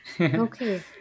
okay